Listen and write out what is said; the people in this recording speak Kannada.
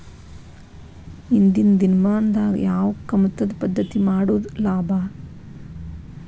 ಇಂದಿನ ದಿನಮಾನದಾಗ ಯಾವ ಕಮತದ ಪದ್ಧತಿ ಮಾಡುದ ಲಾಭ?